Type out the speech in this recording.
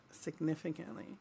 significantly